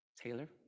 taylor